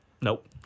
Nope